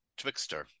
twixter